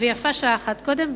ויפה שעה אחת קודם.